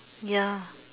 ya